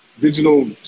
digital